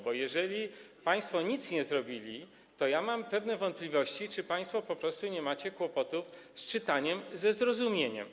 Bo jeżeli państwo nic nie zrobili, to ja mam pewne wątpliwości, czy państwo po prostu nie macie kłopotów z czytaniem ze zrozumieniem.